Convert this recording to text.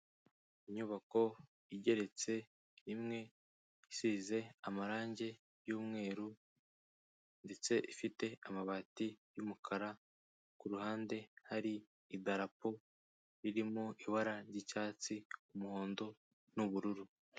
Inyubako igeretse rimwe, isize amarangi y'umweru ndetse ifite amabati y'umukara, ku ruhande hari ibarapo ririmo ibara ry'icyatsi, umuhondo n'ubururu.